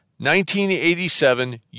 1987